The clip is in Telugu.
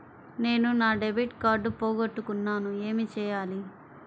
నేను నా డెబిట్ కార్డ్ పోగొట్టుకున్నాను ఏమి చేయాలి?